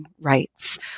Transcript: rights